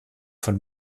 von